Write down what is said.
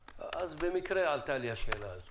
במקרה עלתה לי השאלה הזאת.